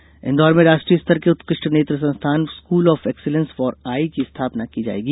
नेत्र संस्थान इन्दौर में राष्ट्रीय स्तर के उत्कृष्ट नेत्र संस्थान school of excellence for eye की स्थापना की जायेगी